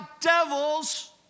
devils